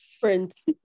Prince